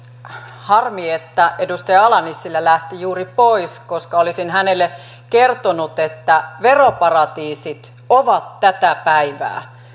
harmi että edustaja ala nissilä lähti juuri pois koska olisin hänelle kertonut että veroparatiisit ovat tätä päivää